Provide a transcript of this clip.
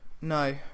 No